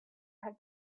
had